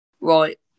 right